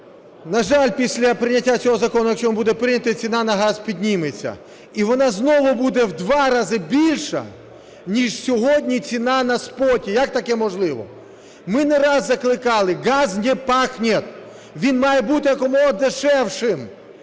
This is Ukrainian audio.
На жаль, після прийняття цього закону, якщо він буде прийнятий, ціна на газ підніметься, і вона знову буде в два рази більша, ніж сьогодні ціна на споті. Як таке можливо? Ми не раз закликали: газ не пахнет, він має бути якомога дешевшим,